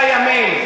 אלא כעבור 100 ימים,